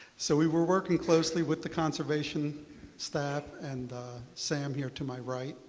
so we were working closely with the conservation staff and sam here to my right